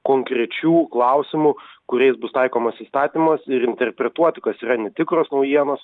konkrečių klausimų kuriais bus taikomas įstatymas ir interpretuoti kas yra netikros naujienos